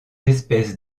espèce